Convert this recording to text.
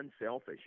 unselfish